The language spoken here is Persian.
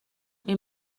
این